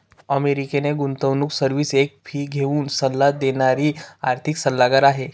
American गुंतवणूक service एक fee घेऊन सल्ला देणारी आर्थिक सल्लागार आहे